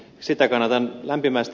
sitä kannatan lämpimästi